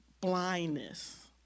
blindness